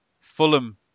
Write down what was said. Fulham